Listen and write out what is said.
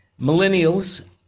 Millennials